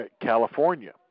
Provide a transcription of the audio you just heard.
California